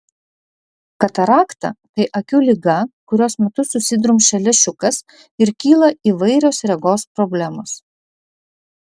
katarakta tai akių liga kurios metu susidrumsčia lęšiukas ir kyla įvairios regos problemos